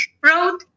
Road